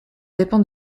dépend